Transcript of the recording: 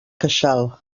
queixal